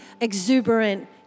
exuberant